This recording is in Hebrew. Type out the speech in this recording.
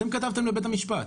אתם כתבתם לבית המשפט.